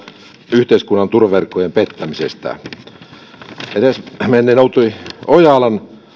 yhteiskunnan turvaverkkojen pettämisestä edesmenneen outi ojalan